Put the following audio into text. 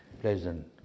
pleasant